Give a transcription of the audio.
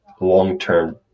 long-term